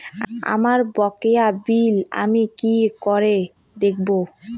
আমার বকেয়া বিল আমি কি করে দেখব?